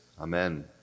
amen